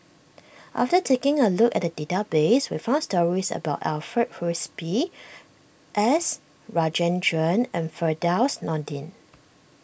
after taking a look at the database we found stories about Alfred Frisby S Rajendran and Firdaus Nordin